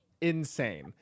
insane